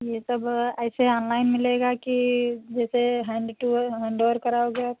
ये सब ऐसे ऑनलाइन मिलेगा कि जैसे हैण्ड टू हैण्डओवर कराओगे आप